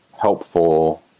helpful